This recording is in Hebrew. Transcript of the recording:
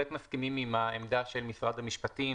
מסכימים עם העמדה של משרד המשפטים,